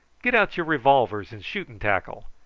get out your revolvers and shooting-tackle,